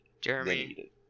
Jeremy